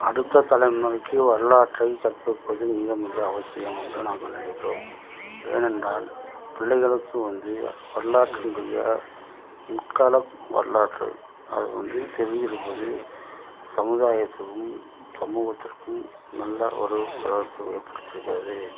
அடுத்த தலைமுறைக்கு வரலாற்றை கற்பிப்பது மிக மிக அவசியம் என்று நாங்கள் நினைக்கிறோம் ஏனென்றால் பிள்ளைகளுக்கு வந்து வரலாற்றினுடைய முற்கால வரலாற்று அது வந்து தெரிஞ்சுருப்பது சமுதாயத்திலும் சமூகத்திற்கும் நல்ல ஒரு வரவேற்பு ஏற்படுத்தி இருக்கிறது